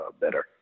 better